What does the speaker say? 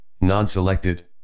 non-selected